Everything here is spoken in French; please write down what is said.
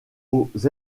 aux